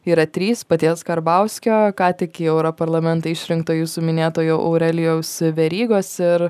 yra trys paties karbauskio ką tik į europarlamentą išrinkto jūsų minėtojo aurelijaus verygos ir